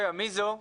רגע, מי זו?